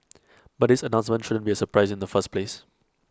but this announcement shouldn't be A surprise in the first place